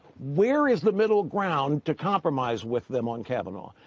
where is the middle ground to compromise with them on kavanaugh.